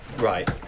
Right